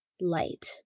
light